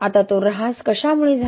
आता तो ऱ्हास कशामुळे झाला